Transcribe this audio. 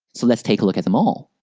so let's take a look at them all.